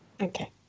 Okay